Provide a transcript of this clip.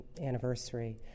anniversary